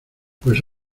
pues